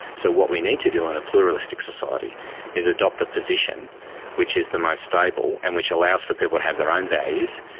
so what we need to do in a pluralistic society is adopt a position which is the most stable and which allows for people to have their own values,